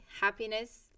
happiness